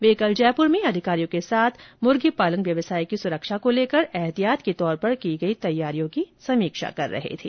ये कल जयपुर में अधिकारियों के साथ मुर्गीपालन व्यवसाय की सुरक्षा को लेकर एहतियात के तौर पर की गई तैयारियों की समीक्षा कर रहे थे